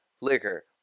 liquor